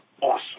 awesome